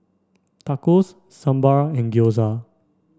Tacos Sambar and Gyoza